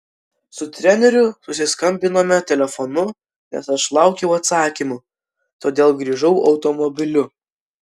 su treneriu susiskambinome telefonu nes aš laukiau atsakymų todėl grįžau automobiliu